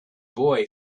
boy